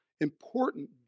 important